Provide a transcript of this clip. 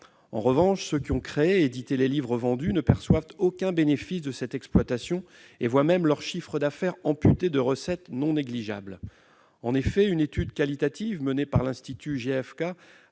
En revanche, ceux qui ont créé et édité les livres vendus ne perçoivent aucun bénéfice de cette exploitation et voient même leur chiffre d'affaires amputé de recettes non négligeables. En effet, une l'étude qualitative menée par l'institut GfK